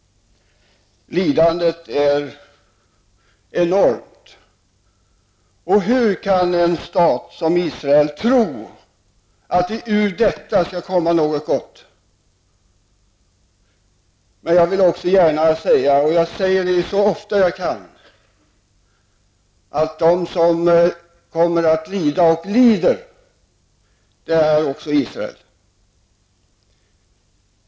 Lidandet är enormt. Hur kan en stat som Israel tro att det ur detta skall komma något gott? Men jag vill också gärna säga, och jag säger det så ofta jag kan, att den som lider och kommer att lida också är Israel.